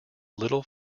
little